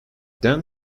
then